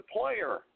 player